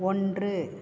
ஒன்று